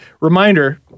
reminder